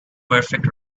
perfect